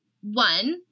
one